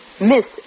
Miss